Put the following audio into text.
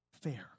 fair